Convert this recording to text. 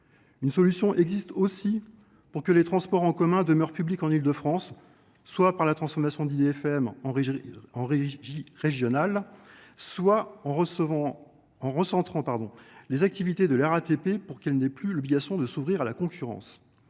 Une solution existe aussi pour que les transports en commun demeurent publics en Île de France, soit par la transformation d’IDFM en régie régionale, soit en recentrant les activités de la RATP, pour que cette dernière n’ait plus l’obligation de s’ouvrir à la concurrence.